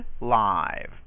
live